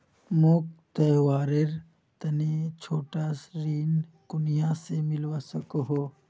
मोक त्योहारेर तने छोटा ऋण कुनियाँ से मिलवा सको हो?